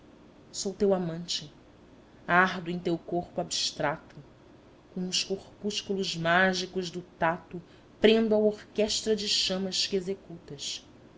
sou teu amante ardo em teu corpo abstrato com os corpúsculos mágicos do tato prendo a orquestra de chamas que executas